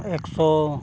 ᱮᱠᱥᱚ